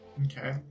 Okay